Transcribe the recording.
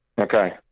Okay